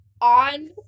on